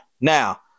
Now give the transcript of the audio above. Now